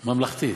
ממלכתית.